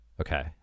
okay